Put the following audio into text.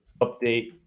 Update